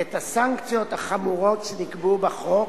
את הסנקציות החמורות שנקבעו בחוק.